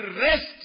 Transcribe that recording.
rest